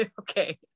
okay